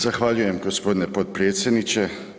Zahvaljujem gospodine potpredsjedniče.